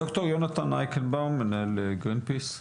ד"ר יונתן אייקלבאום, מנהל גרינפיס.